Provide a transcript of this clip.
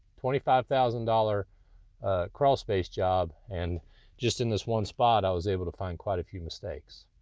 twenty five thousand dollars crawl space job and just in this one spot i was able to find quite a few mistakes.